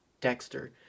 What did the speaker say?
Dexter